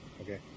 Okay